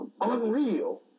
unreal